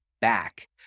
back